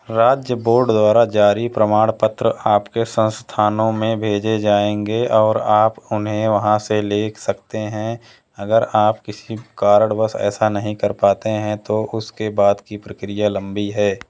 राज्य बोर्ड द्वारा जारी प्रमाणपत्र आपके संस्थानों में भेजे जाएँगे और आप उन्हें वहाँ से ले सकते हैं अगर आप किसी कारणवश ऐसा नहीं कर पाते हैं तो उसके बाद की प्रक्रिया लंबी है